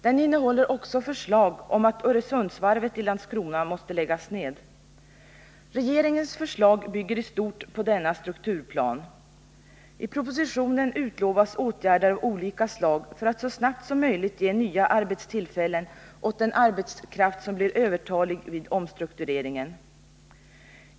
Den innehåller också förslag om att Öresundsvarvet i Landskrona skall läggas ned. Regeringens förslag bygger i stort på denna strukturplan. I propositionen utlovas åtgärder av olika slag för att så snabbt som möjligt ge nya arbetstillfällen åt den arbetskraft som blir övertalig vid omstruktureringen.